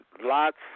Lots